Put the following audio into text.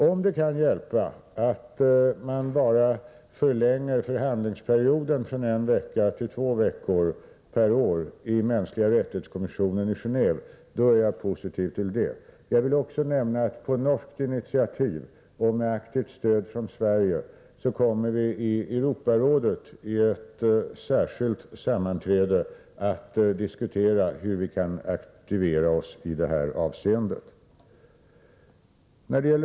Om det kan hjälpa med en förlängning av arbetsperioden från en till två veckor per år i kommissionen för de mänskliga rättigheterna i Gendve, då är jag positiv till det. Jag vill också nämna att på norskt initiativ och med aktivt stöd från Sverige kommer vi att i ett särskilt sammanträde inom Europarådet diskutera hur vi skall kunna aktivera oss i det här avseendet.